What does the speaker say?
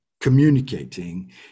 communicating